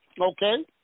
okay